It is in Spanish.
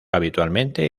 habitualmente